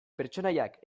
pertsonaiak